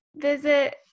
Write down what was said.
visit